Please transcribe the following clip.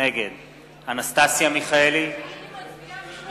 נגד אנסטסיה מיכאלי, אני מצביעה,